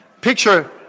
picture